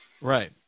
Right